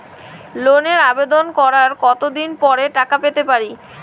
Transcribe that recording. লোনের আবেদন করার কত দিন পরে টাকা পেতে পারি?